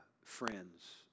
Friends